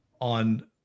on